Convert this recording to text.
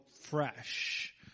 Fresh